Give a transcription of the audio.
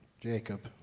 Jacob